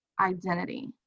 identity